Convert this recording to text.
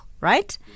right